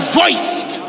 voiced